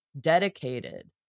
dedicated